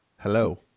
hello